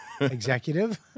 executive